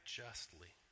justly